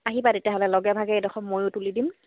আহিবা তেতিয়াহ'লে লগে ভাগে এইডোখৰ ময়ো তুলি দিম